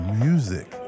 music